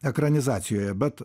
ekranizacijoje bet